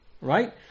right